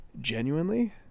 genuinely